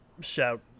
shout